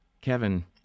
Kevin